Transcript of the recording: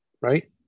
right